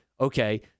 okay